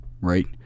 right